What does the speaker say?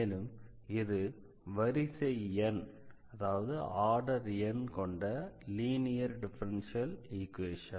மேலும் இது வரிசை n கொண்ட லீனியர் டிஃபரன்ஷியல் ஈக்வேஷன்